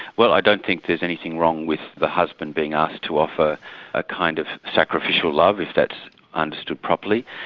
well i don't think there's anything wrong with the husband being asked to offer a kind of sacrificial love, if that's understood properly.